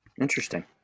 interesting